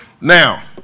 Now